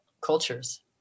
cultures